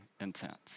intense